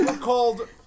called